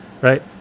right